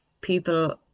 people